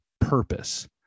purpose